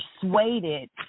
persuaded